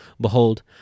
Behold